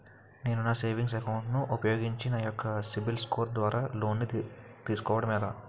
నేను నా savings account ను ఉపయోగించి నా యెక్క సిబిల్ స్కోర్ ద్వారా లోన్తీ సుకోవడం ఎలా?